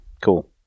cool